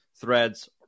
Threads